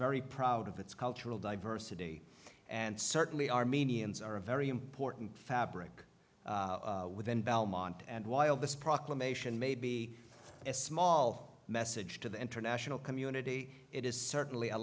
very proud of its cultural diversity and certainly armenians are a very important fabric within belmont and while this proclamation may be a small message to the international community it is certainly a